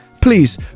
Please